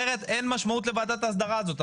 אחרת אין משמעות לוועדת ההסדרה הזאת.